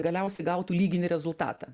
galiausiai gautų lyginti rezultatą